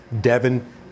Devon